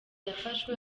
yafashwe